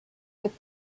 with